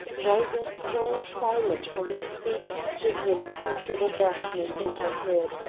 rising strong and silent from his feet to the impenetrable blackness overhead.